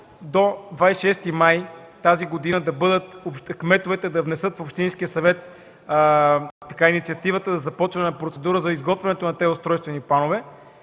до 26 май тази година кметовете да внесат в общинските съвети инициативата за започване на процедура за изготвянето на тези устройствени планове,